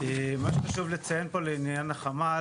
מה שחשוב לציין פה לעניין החמ"ל,